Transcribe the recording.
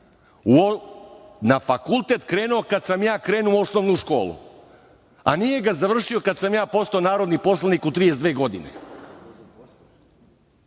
Na fakultet krenuo kad sam ja krenuo u osnovu školu, a nije ga završio kad sam ja postao narodni poslanik u 32 godine,